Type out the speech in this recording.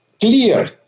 clear